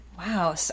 Wow